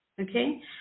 okay